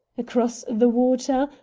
across the water,